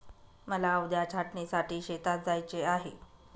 मला उद्या छाटणीसाठी शेतात जायचे आहे